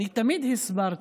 אני תמיד הסברתי: